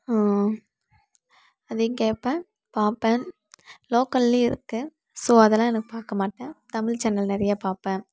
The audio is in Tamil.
அதையும் கேட்பன் பார்ப்பன் லோக்கல்லையும் இருக்கேன் ஸோ அதலாம் எனக்கு பார்க்கமாட்டன் தமிழ் சேனல் நிறையாப் பார்ப்பன்